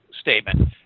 statement